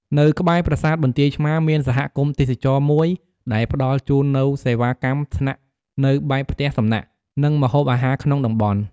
នៅក្បែរប្រាសាទបន្ទាយឆ្មារ មាន សហគមន៍ទេសចរណ៍ មួយដែលផ្តល់ជូននូវសេវាកម្មស្នាក់នៅបែបផ្ទះសំណាក់ និងម្ហូបអាហារក្នុងតំបន់។